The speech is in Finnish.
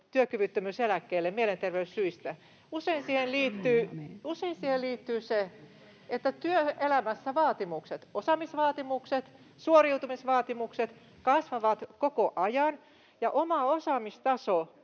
työkyvyttömyyseläkkeelle mielenterveyssyistä. Usein siihen liittyy se, että työelämässä vaatimukset — osaamisvaatimukset, suoriutumisvaatimukset — kasvavat koko ajan ja oma osaamistaso